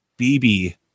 bb